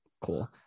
cool